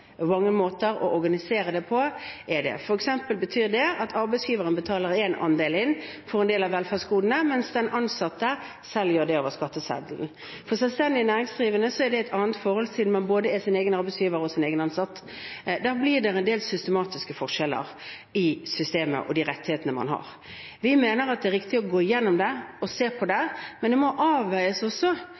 måter å organisere det på. For eksempel betyr det at arbeidsgiveren betaler inn én andel for en del av velferdsgodene, mens den ansatte selv gjør det over skatteseddelen. For selvstendig næringsdrivende er det et annet forhold, siden man er både sin egen arbeidsgiver og sin egen ansatt. Da blir det en del systematiske forskjeller, i systemet og i de rettighetene man har. Vi mener at det er riktig å gå gjennom dette og se på det, men det må også avveies